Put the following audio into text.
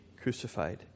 crucified